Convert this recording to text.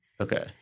Okay